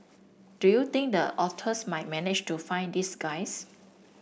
do you think the otters might manage to find these guys